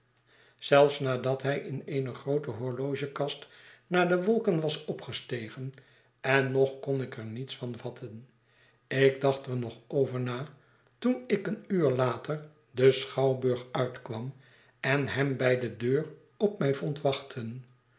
zelfs nadat hij in eene groote horlogekast naar de wolken was opgestegen en nog kon ik er niets van vatten ik dacht er nog over na toen ik een uur later den schouwburg uitkwam en hem bij de deur op mij vond wachten